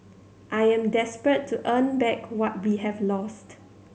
I am desperate to earn back what we have lost